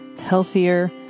healthier